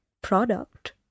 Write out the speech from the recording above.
product